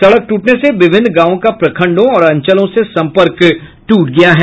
सड़क ट्रटने से विभिन्न गांवों का प्रखंडों और अंचलों से सम्पर्क ट्रट गया है